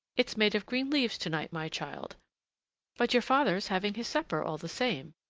it's made of green leaves to-night, my child but your father's having his supper, all the same.